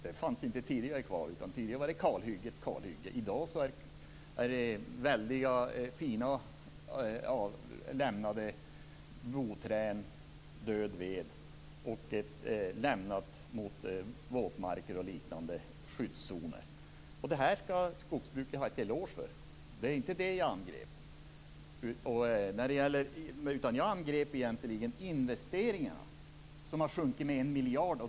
Det gjordes inte tidigare, utan då var det kalhuggna kalhyggen. I dag finns där väldiga, fina lämnade boträd, död ved, och man har lämnat skyddszoner mot våtmarker och liknande. Detta skall skogsbruket ha en eloge för. Det var inte det jag angrep, utan det att investeringarna sjunkit med en miljard.